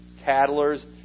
tattlers